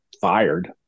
fired